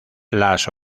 las